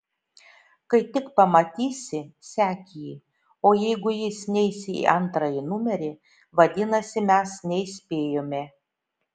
kai tik pamatysi sek jį o jeigu jis neis į antrąjį numerį vadinasi mes neįspėjome